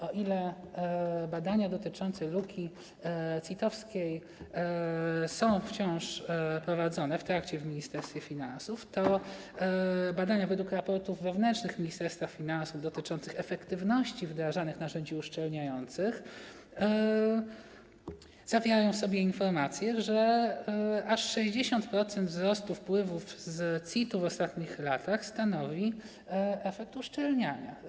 O ile badania dotyczące luki CIT-owskiej są wciąż prowadzone w Ministerstwie Finansów, to badania według raportów wewnętrznych Ministerstwa Finansów dotyczących efektywności wdrażanych narzędzi uszczelniających zawierają w sobie informacje, że aż 60% wzrostów wpływów z CIT-u w ostatnich latach stanowi efekt uszczelniania.